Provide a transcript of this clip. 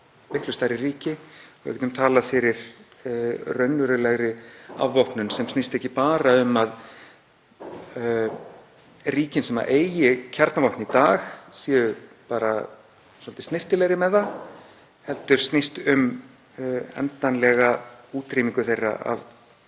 miklu stærri ríki. Við getum talað fyrir raunverulegri afvopnun sem snýst ekki bara um að ríkin sem eiga kjarnavopn í dag séu svolítið snyrtilegri með það heldur um endanlega útrýmingu þeirra af